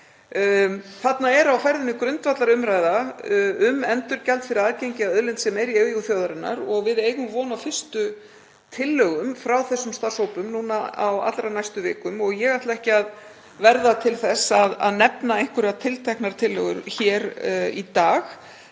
Þarna er á ferðinni grundvallarumræða um endurgjald fyrir aðgengi að auðlind sem er í eigu þjóðarinnar og við eigum von á fyrstu tillögum frá þessum starfshópum núna á allra næstu vikum. Ég ætla ekki að verða til þess að nefna einhverjar tilteknar tillögur hér í dag